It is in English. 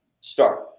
start